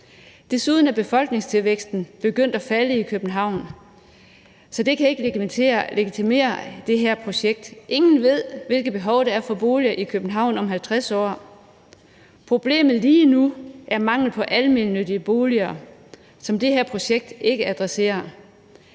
Desuden er befolkningstilvæksten begyndt at falde i København, så det kan ikke legitimere det her projekt. Ingen ved, hvilket behov der er for boliger i København om 50 år. Problemet lige nu er mangel på almene boliger, som det her projekt ikke adresserer.